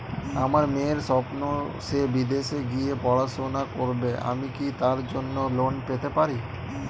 আমার মেয়ের স্বপ্ন সে বিদেশে গিয়ে পড়াশোনা করবে আমি কি তার জন্য লোন পেতে পারি?